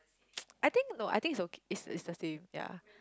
I think no I think it's okay it's it's the same ya